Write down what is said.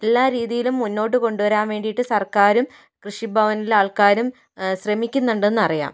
എല്ലാ രീതിയിലും മുന്നോട്ട് കൊണ്ട് വരാൻ വേണ്ടിയിട്ട് സർക്കാരും കൃഷി ഭവനിലെ ആൾക്കാരും ശ്രമിക്കുന്നുണ്ട് എന്നറിയാം